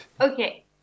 Okay